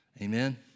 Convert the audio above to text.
Amen